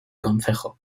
concejo